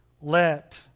let